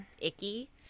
icky